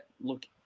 look